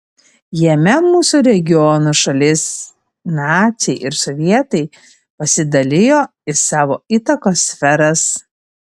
jame mūsų regiono šalis naciai ir sovietai pasidalijo į savo įtakos sferas